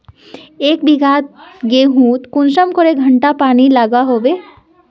एक बिगहा गेँहूत कुंसम करे घंटा पानी लागोहो होबे?